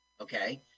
okay